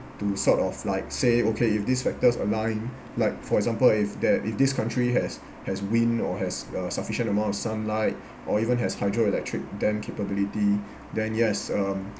to sort of like say okay if these factors aligned like for example if that if this country has has wind or has uh sufficient amount of sunlight or even has hydroelectric dam capability then yes um